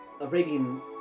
arabian